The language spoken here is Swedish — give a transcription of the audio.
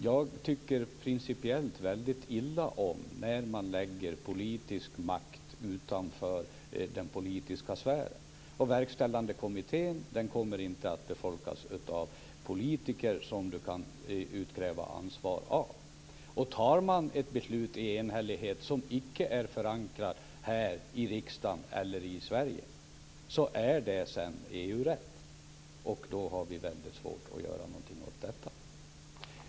Fru talman! Principiellt tycker jag väldigt illa om att politisk makt läggs utanför den politiska sfären. Verkställande kommittén kommer inte att befolkas av politiker som man kan utkräva ansvar av. Om ett beslut fattas enhälligt som icke är förankrat här i riksdagen eller i Sverige är det sedan EU-rätt. Då har vi väldigt svårt att göra något åt det hela.